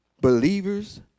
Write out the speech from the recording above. Believers